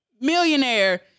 millionaire